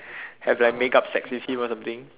have like make up sex so you want to blink